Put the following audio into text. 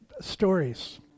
stories